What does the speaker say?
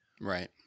Right